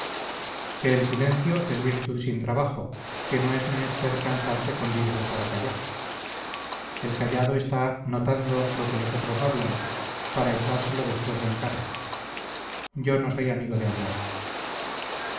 que el silencio es virtud sin trabajo que no es menester cansarse con libros para callar el callado está notando lo que los otros hablan para echárselo después en cara yo no soy amigo de hablar